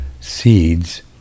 seeds